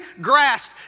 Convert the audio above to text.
grasp